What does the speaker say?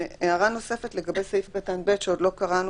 והערה נוספת לגבי סעיף קטן (ב) שעוד לא קראנו,